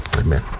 Amen